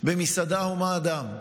במסעדה הומה אדם.